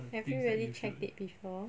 have you really checked it before